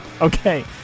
Okay